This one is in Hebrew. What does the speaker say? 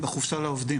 בחופשה לעובדים.